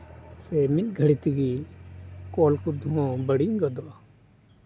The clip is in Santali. ᱥᱮ ᱢᱤᱫ ᱜᱷᱟᱹᱲᱤ ᱛᱮᱜᱮ ᱠᱚᱞ ᱠᱚᱫᱚ ᱵᱟᱹᱲᱤᱡ ᱜᱚᱫᱚᱜᱼᱟ